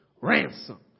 ransom